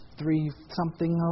three-something